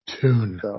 Tune